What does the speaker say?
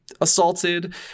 assaulted